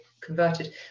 converted